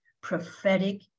prophetic